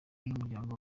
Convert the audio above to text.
n’umuryango